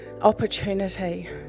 opportunity